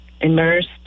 immersed